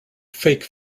fake